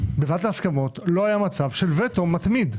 בוועדת ההסכמות לא היה מצב של וטו מתמיד,